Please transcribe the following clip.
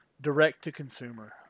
direct-to-consumer